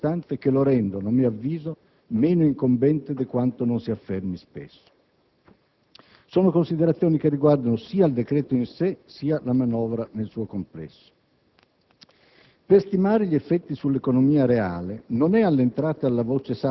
Pur non nascondendomi che il pericolo c'è, mi preme sottolineare alcune circostanze che lo rendono, a mio avviso, meno incombente di quanto non si affermi spesso. Sono considerazioni che riguardano sia il decreto in sé, sia la manovra nel suo complesso.